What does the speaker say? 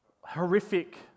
horrific